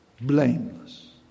Blameless